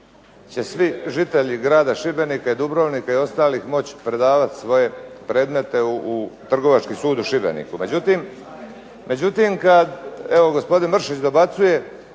će svi žitelji grada Šibenika i Dubrovnika i ostalih moći predavati svoje predmete u Trgovački sud u Šibeniku. Međutim, kada evo, gospodin Mršić dobacuje,